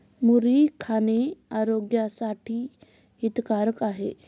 मुरी खाणे आरोग्यासाठी हितकारक आहे